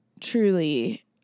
truly